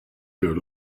your